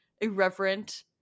irreverent